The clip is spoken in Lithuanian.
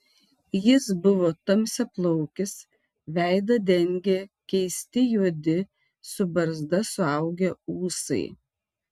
jis buvo tamsiaplaukis veidą dengė keisti juodi su barzda suaugę ūsai